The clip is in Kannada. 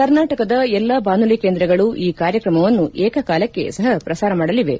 ಕರ್ನಾಟಕದ ಎಲ್ಲಾ ಬಾನುಲಿ ಕೇಂದ್ರಗಳು ಈ ಕಾರ್ಯಕ್ರಮಗಳನ್ನು ಏಕಕಾಲಕ್ಕೆ ಸಹ ಪ್ರಸಾರ ಮಾಡಲಿವೆ